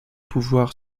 pouvoir